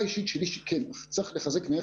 ראשית: בית החולים הדסה הוא שיאן בקבלת